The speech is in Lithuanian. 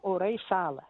orai šala